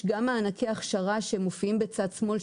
יש גם מענקי הכשרה שמופיעים בצד שמאל,